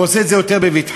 הוא עושה את זה יותר בבטחה.